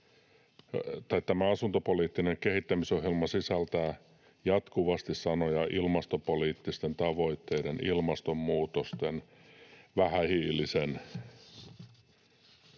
Tämä asuntopoliittinen kehittämisohjelma sisältää jatkuvasti sanoja ”ilmastopoliittisten tavoitteiden” ja ”ilmastonmuutoksen” ja ”vähähiilisen”.